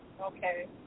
Okay